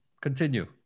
Continue